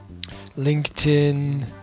LinkedIn